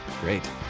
Great